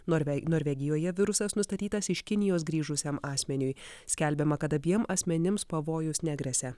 norve norvegijoje virusas nustatytas iš kinijos grįžusiam asmeniui skelbiama kad abiem asmenims pavojus negresia